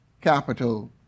capital